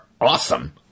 awesome